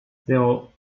zéro